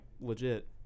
legit